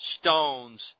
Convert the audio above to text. stones